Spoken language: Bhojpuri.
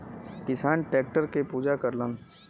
किसान टैक्टर के पूजा करलन